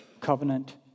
covenant